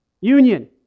Union